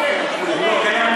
אחרי שהוא כמעט דלף.